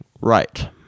right